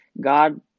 God